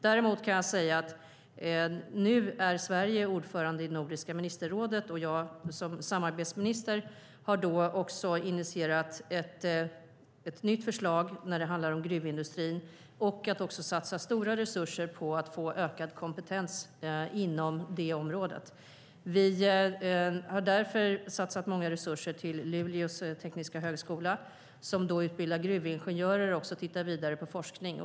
Däremot kan jag säga: Nu är Sverige ordförande i Nordiska ministerrådet, och som samarbetsminister har jag initierat ett nytt förslag när det handlar om gruvindustrin och också att satsa stora resurser på att få ökad kompetens inom det området. Vi har därför satsat mycket resurser på Luleå tekniska universitet, som utbildar gruvingenjörer och också tittar vidare på forskning.